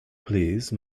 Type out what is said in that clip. please